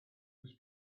was